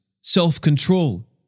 self-control